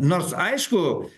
nors aišku